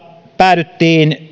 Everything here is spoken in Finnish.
päädyttiin